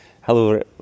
hello